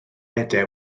ede